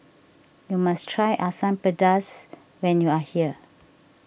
you must try Asam Pedas when you are here